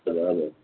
हजुर हजुर